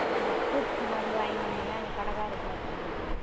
நாங்க பூச்சி மருந்து வாங்கினு போனிங்கள்லை அந்த கடைக்காரு பேசுகிறோங்க